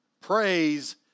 praise